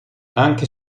anche